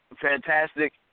fantastic